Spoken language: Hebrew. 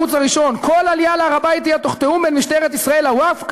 הערוץ הראשון: כל עלייה להר-הבית תהיה בתיאום בין משטרת ישראל לווקף,